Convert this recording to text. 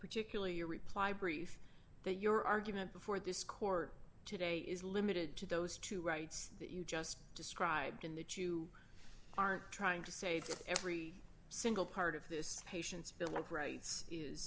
particularly your reply brief that your argument before this court today is limited to those two rights you just described in that you aren't trying to say that every single part of this patient's bill of rights is